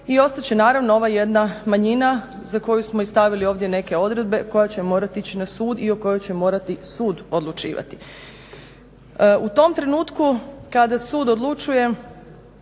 i ostat će naravno ova jedna manjina za koju smo i stavili ovdje neke odredbe koja će morati ići na sud i o kojoj će morati sud odlučivati. U tom trenutku kada sud odlučuje,